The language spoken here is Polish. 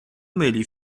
myli